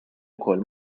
ukoll